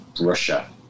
Russia